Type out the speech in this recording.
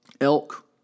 elk